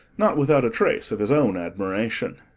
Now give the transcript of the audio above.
not without a trace of his own admiration.